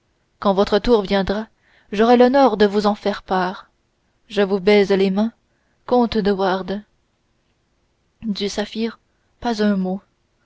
quand votre tour viendra j'aurai l'honneur de vous en faire part je vous baise les mains comte de wardes du saphir pas un mot